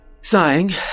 Sighing